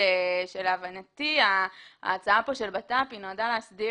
אומר שלהבנתי ההצעה של המשרד לביטחון פנים נועדה להסדיר